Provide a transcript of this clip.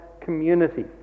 community